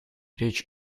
речь